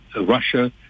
russia